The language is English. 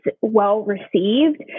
well-received